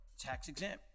tax-exempt